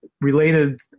related